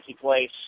place